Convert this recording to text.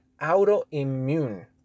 autoimmune